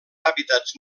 hàbitats